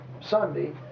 sunday